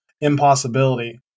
impossibility